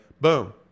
Boom